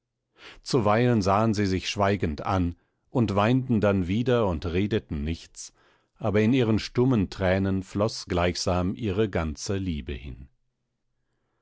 zuweilen sahen sie sich schweigend an und weinten dann wieder und redeten nichts aber in ihren stummen thränen floß gleichsam ihre ganze liebe hin